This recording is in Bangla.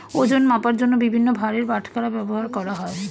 ওজন মাপার জন্য বিভিন্ন ভারের বাটখারা ব্যবহার করা হয়